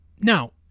Now